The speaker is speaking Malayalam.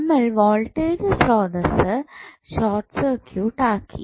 നമ്മൾ വോൾട്ടേജ് സ്രോതസ്സ് ഷോട്ട് സർക്യൂട്ട് ആക്കി